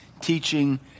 Teaching